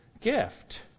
gift